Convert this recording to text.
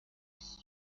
fisso